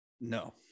No